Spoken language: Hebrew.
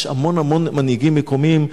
יש המון המון מנהיגים מקומיים,